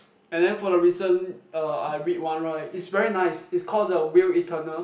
and then for the recent uh I read one right is very nice is called the Wheel Eternal